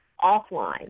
offline